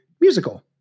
musical